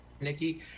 nikki